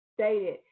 stated